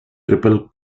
triple